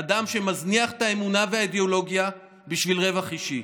אדם שמזניח את האמונה ואת האידיאולוגיה בשביל רווח אישי.